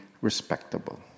respectable